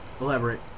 Elaborate